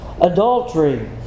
Adultery